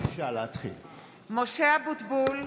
משה אבוטבול,